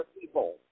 people